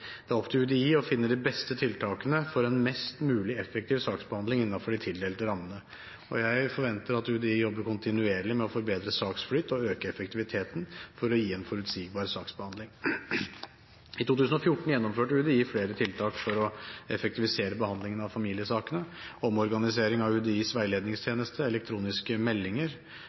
Det er opp til UDI å finne de beste tiltakene for en mest mulig effektiv saksbehandling innenfor de tildelte rammene, og jeg forventer at UDI jobber kontinuerlig med å forbedre saksflyt og øke effektiviteten for å gi en forutsigbar saksbehandling. I 2014 gjennomførte UDI flere tiltak for å effektivisere behandlingen av familiesakene: omorganisering av UDIs